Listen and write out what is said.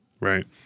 right